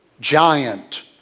giant